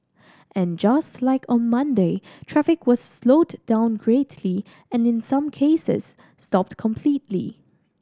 and just like on Monday traffic was slowed down greatly and in some cases stopped completely